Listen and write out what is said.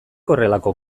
horrelako